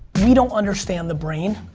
we don't understand the brain,